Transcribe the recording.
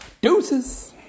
Deuces